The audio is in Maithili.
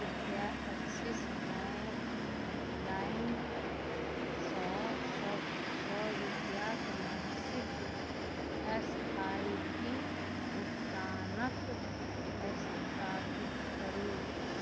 कृपया एक्सिस बैँक लाइमसँ सब सओ रुपैआके मासिक एस आइ पी भुगतानक स्थापित करू